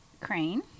Crane